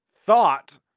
thought